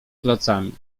klocami